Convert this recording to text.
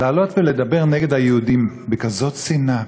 לעלות ולדבר נגד היהודים בכזאת שנאה,